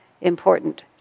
important